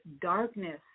darkness